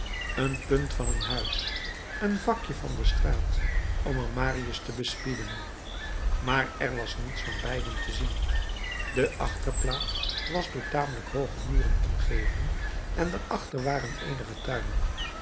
een punt van een huis een vakje van de straat om er marius te bespieden maar er was niets van beiden te zien de achterplaats was door tamelijk hooge muren omgeven en daarachter waren eenige tuinen